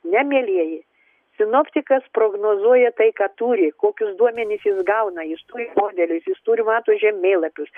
ne mielieji sinoptikas prognozuoja tai ką turi kokius duomenis jis gauna jis turi modelius jis turi mato žemėlapius